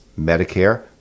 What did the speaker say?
Medicare